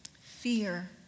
fear